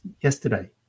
yesterday